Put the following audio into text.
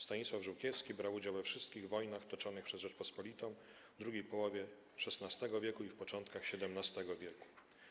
Stanisław Żółkiewski brał udział we wszystkich wojnach toczonych przez Rzeczpospolitą w drugiej połowie XVI wieku i początkach XVII wieku.